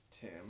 Tim